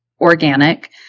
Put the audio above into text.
organic